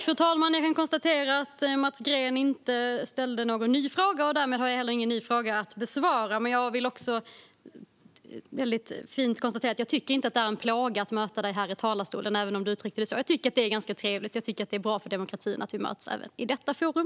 Fru talman! Jag kan konstatera att Mats Green inte ställde någon ny fråga. Därmed har jag heller ingen ny fråga att besvara. Men jag vill väldigt fint konstatera att jag inte tycker att det är en plåga att möta dig här i talarstolen, Mats Green, även om du uttryckte dig så. Jag tycker att det är ganska trevligt. Jag tycker att det är bra för demokratin att vi möts även i detta forum.